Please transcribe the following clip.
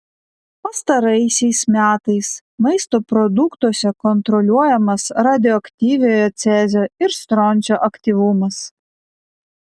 pastaraisiais metais maisto produktuose kontroliuojamas radioaktyviojo cezio ir stroncio aktyvumas